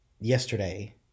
yesterday